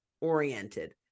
oriented